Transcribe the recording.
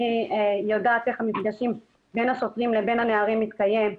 אני יודעת איך המפגשים בין השוטרים לבין הנערים מתקיימים,